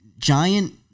giant